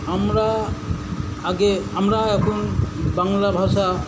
আমরা আগে আমরা এখন বাংলা ভাষা